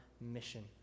mission